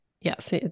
Yes